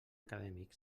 acadèmic